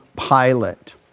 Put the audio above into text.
Pilate